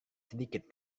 sedikit